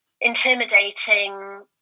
intimidating